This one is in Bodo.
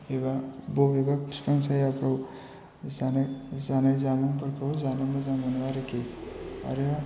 एबा बबेबा बिफां सायाफ्राव जानाय जानाय जामुंफोरखौ जानो मोजां मोनो आरोखि आरो